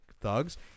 thugs